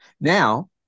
Now